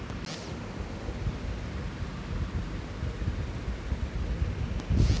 আমার fund transfer আমার অ্যাকাউন্টেই ফেরত চলে এসেছে